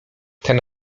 ten